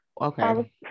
okay